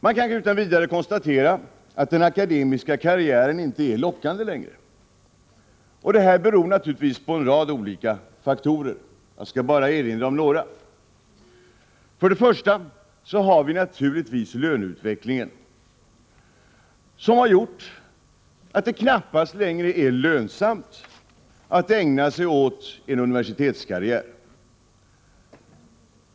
Man kan utan vidare konstatera att den akademiska karriären inte är lockande längre. Det beror på en rad olika faktorer, och jag skall bara erinra om några. För det första har vi löneutvecklingen som har gjort att det knappast längre är lönsamt att ägna sig åt en universitetskarriär.